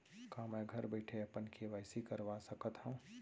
का मैं घर बइठे अपन के.वाई.सी करवा सकत हव?